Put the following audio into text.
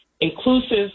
inclusive